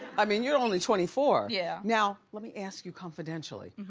i mean, you're only twenty four. yeah. now, let me ask you confidentially,